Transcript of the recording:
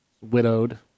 widowed